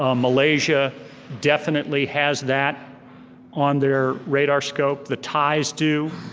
ah malaysia definitely has that on their radar scope, the thais do,